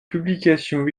publications